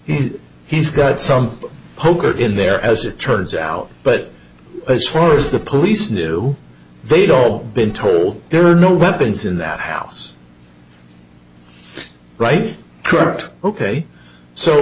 a he's got some poker in there as it turns out but as far as the police knew they'd all been told there were no weapons in that house right correct ok so